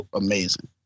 amazing